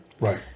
right